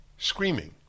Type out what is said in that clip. Screaming